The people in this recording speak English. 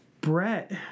Brett